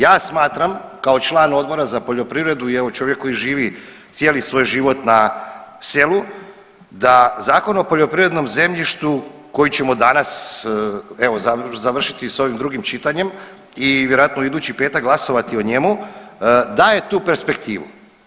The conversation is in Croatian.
Ja smatram kao član Odbora za poljoprivredu i evo čovjek koji živi cijeli svoj život na selu da Zakon o poljoprivrednom zemljištu koji ćemo danas evo završiti s ovim drugim čitanjem i vjerojatno idući petak glasovati o njemu, dajte tu perspektivu.